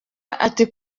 ati